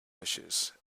wishes